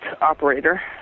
operator